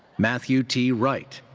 matthew t. wright.